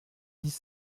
dix